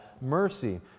mercy